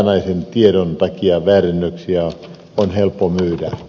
hajanaisen tiedon takia väärennöksiä on helppo myydä